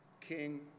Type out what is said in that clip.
King